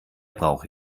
brauche